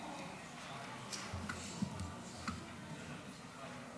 תוצאות ההצבעה: